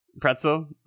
Pretzel